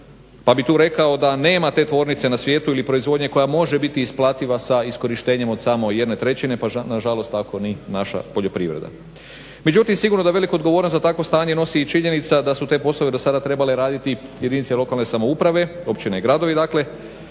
Pa bi tu rekao da nema te tvornice na svijetu ili proizvodnje koja može biti isplativa sa iskorištenjem od samo jedne trećine pa nažalost tako ni naša poljoprivreda. Međutim, sigurno da veliku odgovornost za takvo stanje nosi i činjenica da su te poslove do sada trebale raditi jedinice lokalne samouprave, općine i gradovi dakle,